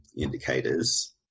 indicators